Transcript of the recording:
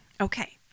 Okay